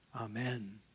Amen